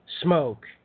smoke